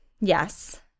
yes